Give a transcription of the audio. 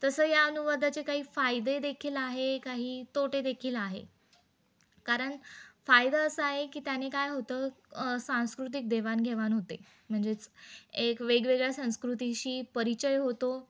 तसं या अनुवादाचे काही फायदे देखील आहे काही तोटेदखील आहे कारण फायदा असा आहे की त्याने काय होतं सांस्कृतिक देवाणघेवाण होते म्हणजेच एक वेगवेगळ्या संस्कृतीशी परिचय होतो